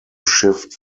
shift